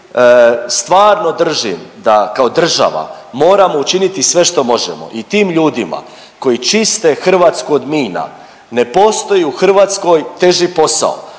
stvarno držim da kao država moramo učiniti sve što možemo i tim ljudima koji čiste Hrvatsku od mina ne postoji u Hrvatskoj teži posao,